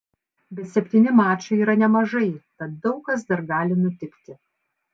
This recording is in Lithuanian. bet septyni mačai yra nemažai tad daug kas dar gali nutikti